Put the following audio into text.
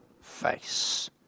face